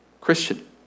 Christian